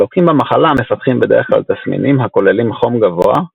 הלוקים במחלה מפתחים בדרך כלל תסמינים הכוללים חום גבוה,